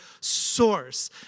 source